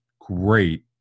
great